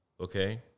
Okay